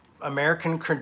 American